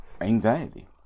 anxiety